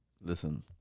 Listen